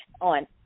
on